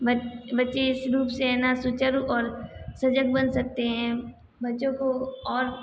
बच्चे इस रूप से है ना सुचारु और सजग बन सकते हैं बच्चों को और